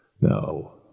No